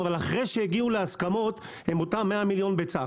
אבל אחרי שהגיעו להסכמות עם אותם 100 מיליון ביצה.